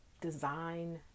design